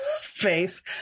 space